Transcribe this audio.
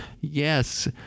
yes